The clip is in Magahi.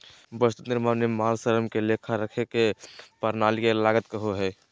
वस्तु निर्माण में माल, श्रम के लेखा रखे के प्रणाली के लागत कहो हइ